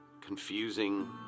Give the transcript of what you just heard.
confusing